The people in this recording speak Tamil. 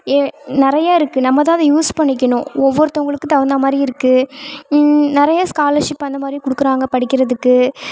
நிறைய இருக்குது நம்மதான் அதை யூஸ் பண்ணிக்கணும் ஒவ்வொருத்தங்களுக்கு தகுந்தா மாதிரி இருக்குது நிறையா ஸ்காலர்ஷிப் அந்தமாதிரி கொடுக்குறாங்க படிக்கிறதுக்கு